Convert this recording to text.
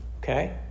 Okay